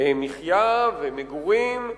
מחיה ומגורים,